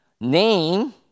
Name